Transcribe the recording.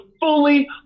fully